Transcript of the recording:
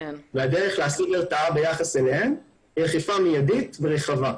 הדרך להשיג הרתעה ביחס אליהם היא אכיפה מיידית ורחבה.